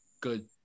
good